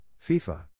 FIFA